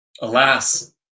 Alas